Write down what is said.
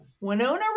Winona